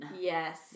Yes